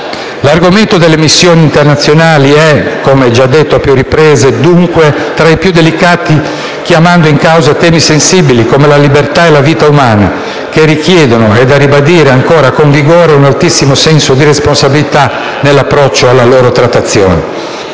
L'argomento delle missioni internazionali è, dunque, come già detto a più riprese, tra i più delicati, chiamando in causa temi sensibili come la libertà e la vita umana, che richiedono - è da ribadire con vigore - un altissimo senso di responsabilità nell'approccio alla loro trattazione.